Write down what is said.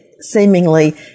seemingly